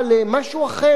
לא מדינה יהודית,